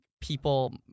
people